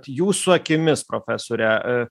jūsų akimis profesore